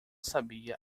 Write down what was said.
sabia